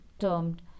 termed